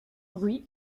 bruit